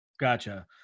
Gotcha